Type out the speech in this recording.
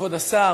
כבוד השר,